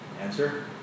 Answer